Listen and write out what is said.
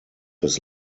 his